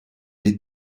les